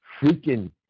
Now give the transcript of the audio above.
freaking